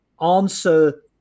answer